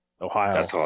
ohio